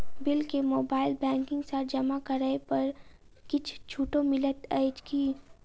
Bill केँ mobile banking सँ जमा करै पर किछ छुटो मिलैत अछि की?